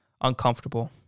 uncomfortable